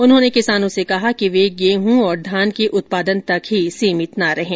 उन्होंने किसानों से कहा कि वे गेहूं और धान के उत्पादन तक ही सीमित न रहें